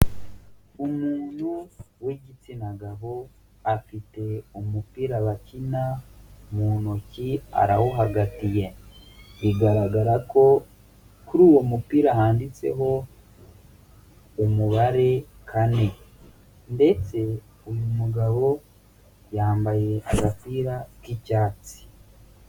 Umuntu w'igitsina gabo, afite umupira bakina mu ntoki arawuhagatiye. Bigaragara ko kuri uwo mupira handitseho umubare kane, ndetse uyu mugabo yambaye agapira k'icyatsi.